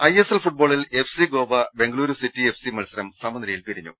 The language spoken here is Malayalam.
ഐ എസ് എൽ ഫുട്ബോളിൽ F C Goa Bengaluru city F C മത്സരം സമനിലയിൽ പിരിഞ്ഞു